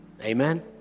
Amen